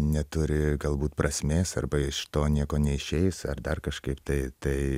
neturi galbūt prasmės arba iš to nieko neišeis ar dar kažkaip tai tai